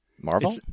Marvel